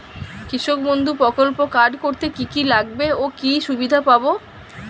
কৃষক বন্ধু প্রকল্প কার্ড করতে কি কি লাগবে ও কি সুবিধা পাব?